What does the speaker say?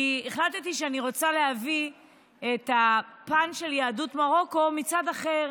כי החלטתי שאני רוצה להביא את הפן של יהדות מרוקו מצד אחר,